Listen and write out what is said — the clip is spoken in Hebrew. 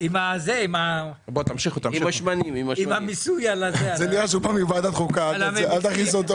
יש לנו תקשורת מצוינת איתו.